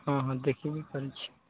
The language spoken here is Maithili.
हॅं हॅं देखियौ की करै छै